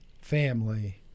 family